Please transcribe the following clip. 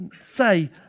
say